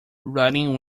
writing